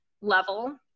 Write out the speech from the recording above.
level